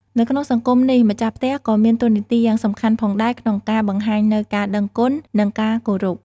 នៅក្នុងសកម្មភាពនេះ ម្ចាស់ផ្ទះក៏មានតួនាទីយ៉ាងសំខាន់ផងដែរក្នុងការបង្ហាញនូវការដឹងគុណនិងការគោរព។